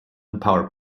power